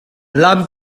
lam